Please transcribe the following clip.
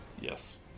Yes